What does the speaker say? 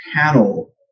panel